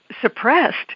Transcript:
suppressed